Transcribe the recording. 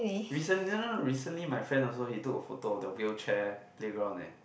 recen~ no no no recently my friend he also took a photo of the wheelchair playground eh